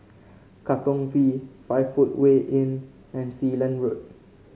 Katong V Five Footway Inn and Sealand Road